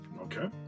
Okay